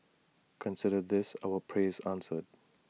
consider this our prayers answered